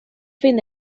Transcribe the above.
fin